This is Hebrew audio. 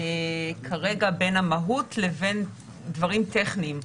כרגע בין המהות לבין דברים טכניים.